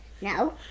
no